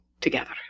together